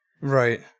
Right